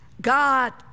God